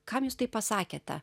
kam jūs taip pasakėte